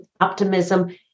optimism